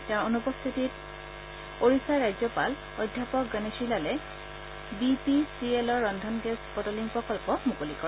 তেওঁৰ অনুপস্থিতিত ওড়িশাৰ ৰাজ্যপাল অধ্যাপক গণেশী লালে বিপি চিএলৰ ৰন্ধন গেছ বটলিং প্ৰকল্প মুকলি কৰে